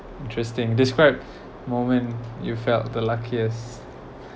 interesting describe moment you felt the luckiest